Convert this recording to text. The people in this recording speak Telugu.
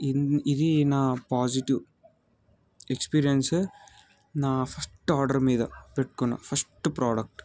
ఇది ఇది నా పాజిటివ్ ఎక్స్పీరియన్స్ నా ఫస్ట్ ఆర్డర్ మీద పెట్టుకున్న ఫస్ట్ ప్రోడక్ట్